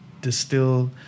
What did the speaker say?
distill